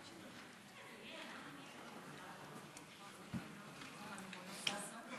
תודה לך, אדוני היושב-ראש.